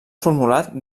formulat